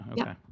okay